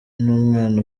n’umwana